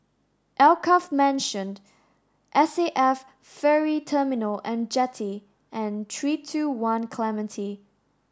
Alkaff Mansion S A F Ferry Terminal and Jetty and three two one Clementi